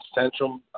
Central